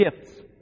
gifts